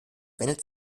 wendet